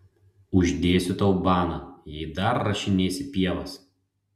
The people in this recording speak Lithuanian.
uždėsiu tau baną jei dar rašinėsi pievas